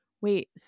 wait